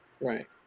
Right